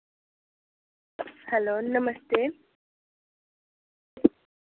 hello नमस्ते